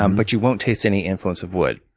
um but you won't taste any influence of wood.